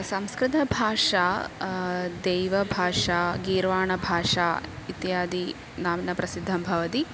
संस्कृतभाषा दैवभाषा गीर्वाणभाषा इत्यादिनाम्ना प्रसिद्धं भवति